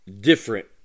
different